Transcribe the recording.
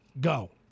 Go